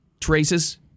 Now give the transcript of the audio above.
traces